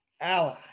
ally